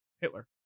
Hitler